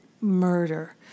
murder